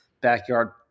backyard